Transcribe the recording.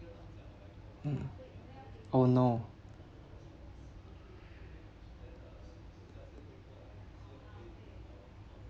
mm oh no